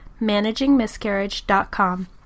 managingmiscarriage.com